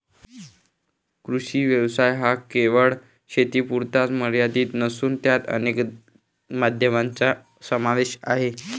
कृषी व्यवसाय हा केवळ शेतीपुरता मर्यादित नसून त्यात अनेक माध्यमांचा समावेश आहे